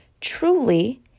truly